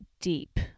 deep